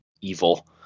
evil